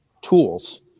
tools